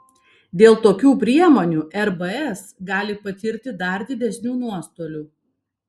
dėl tokių priemonių rbs gali patirti dar didesnių nuostolių